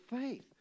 faith